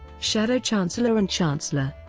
shadow chancellor and chancellor